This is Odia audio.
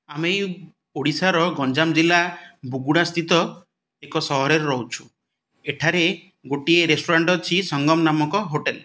ଆମେ ଏଇ ଓଡ଼ିଶାର ଗଞ୍ଜାମ ଜିଲ୍ଲା ଭୁଗୁଣା ସ୍ଥିତ ଏକ ସହରରେ ରହୁଛୁ ଏଠାରେ ଗୋଟିଏ ରେଷ୍ଟୁରାଣ୍ଟ୍ ଅଛି ସଙ୍ଗମ୍ ନାମକ ହୋଟେଲ୍